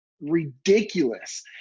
ridiculous